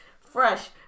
fresh